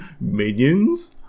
minions